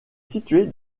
située